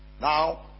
Now